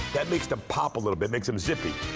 that makes it pop a little bit, makes em zippy.